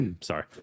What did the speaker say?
sorry